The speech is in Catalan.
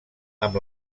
amb